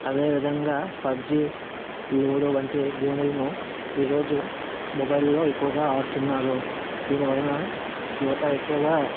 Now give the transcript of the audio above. అదేవిధంగా PUBG ludo వంటి గేములను ఈరోజు మొబైల్లో ఎక్కువగా ఆడుతున్నారు దీనివలన యువత ఎక్కువగా